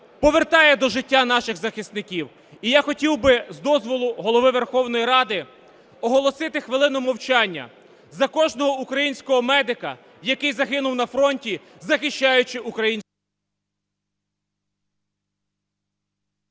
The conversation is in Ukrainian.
повертає до життя наших захисників. І я хотів би, з дозволу Голови Верховної Ради, оголосити хвилину мовчання за кожного українського медика, який загинув на фронті, захищаючи… Веде